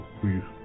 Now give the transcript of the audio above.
please